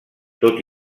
tot